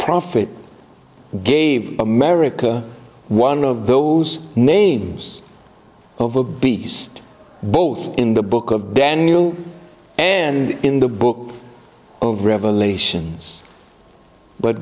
prophet gave america one of those names of the beast both in the book of daniel and in the book of revelations but